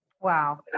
Wow